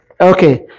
Okay